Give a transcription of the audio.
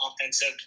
offensive